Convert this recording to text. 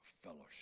fellowship